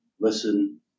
listen